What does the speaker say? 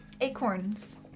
acorns